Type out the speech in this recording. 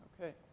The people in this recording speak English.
Okay